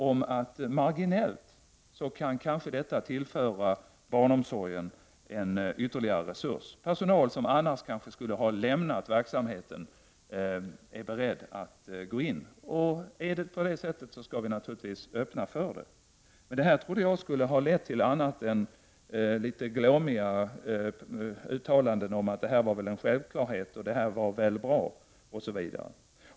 Han ansåg nämligen att föräldrakooperativ kan tillföra barnomsorgen marginella resurser som består i att personal som annars skulle ha lämnat verksamheten kan vara beredd att arbeta i personalkooperativ. Om det är på det sättet skall vi naturligtvis öppna möjligheter för det. Det här trodde jag skulle ha lett till något annat än litet glåmiga uttalanden om att ”det här var väl en självklarhet” och ”det här var väl bra” osv.